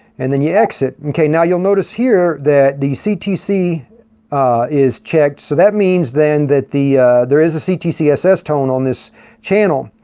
and then you exit. okay, now you'll notice here that the ctc is checked, so that means then that there is a ctcss tone on this channel.